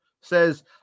says